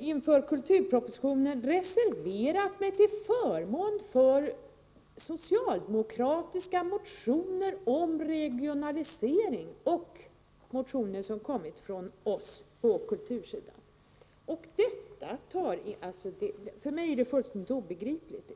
inför kulturpropositionens behandling reserverat mig till förmån för socialdemokratiska motioner om regionalisering och för motioner på kultursidan som kommit från oss. För mig är 85 Ing-Marie Hanssons påstående fullständigt obegripligt.